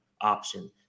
option